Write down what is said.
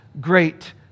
great